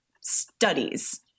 studies